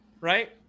right